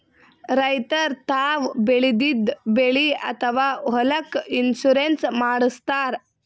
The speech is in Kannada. ರೈತರ್ ತಾವ್ ಬೆಳೆದಿದ್ದ ಬೆಳಿ ಅಥವಾ ಹೊಲಕ್ಕ್ ಇನ್ಶೂರೆನ್ಸ್ ಮಾಡಸ್ತಾರ್